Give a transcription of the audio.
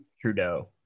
Trudeau